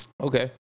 Okay